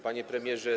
Panie Premierze!